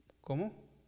¿Cómo